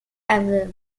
aviv